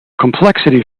complexity